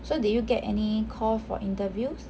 so did you get any call for interviews